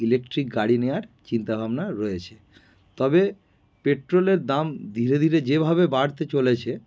electric গাড়ি নেওয়ার চিন্তা ভাবনা রয়েছে তবে পেট্রোলের দাম ধীরে ধীরে যেভাবে বাড়তে চলেছে